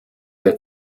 der